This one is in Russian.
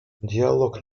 диалог